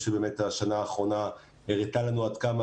אומרת שבעצם מי שיודע הכי טוב מה נכון לעשות בכיתה,